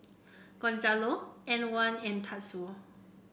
Gonzalo Antwan and Tatsuo